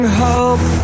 hope